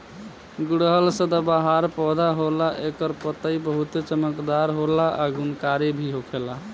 गुड़हल सदाबाहर पौधा होला एकर पतइ बहुते चमकदार होला आ गुणकारी भी होखेला